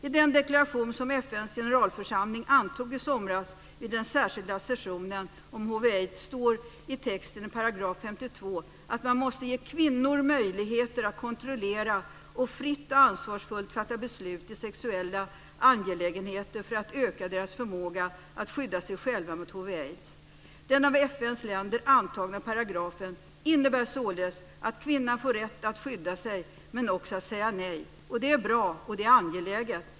I den deklaration som FN:s generalförsamling antog i somras vid den särskilda sessionen om hiv aids." Den av FN:s länder antagna paragrafen innebär således att kvinnan fått rätt att skydda sig, men också att säga nej. Det är bra och angeläget.